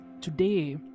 today